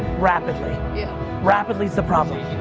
rapidly. yeah rapidly's the problem.